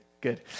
good